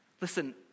Listen